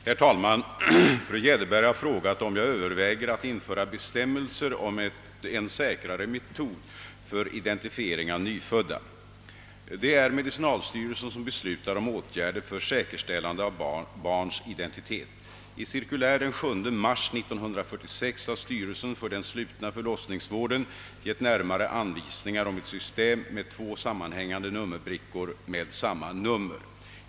Herr talman! Fru Jäderberg har frågat mig om jag överväger att införa bestämmelser om en säkrare metod för identifiering av nyfödda. Det är medicinalstyrelsen som beslutar om åtgärder för säkerställande av barns identitet. I cirkulär den 7 mars 1946 har styrelsen för den slutna förlossningsvården gett närmare anvisningar om ett system med två sammanhängande nummerbrickor med samma nummer.